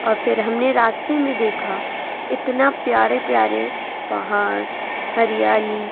اور پھر ہم نے راستے میں دیکھا اتنا پیارے پیارے پہاڑ ہریالی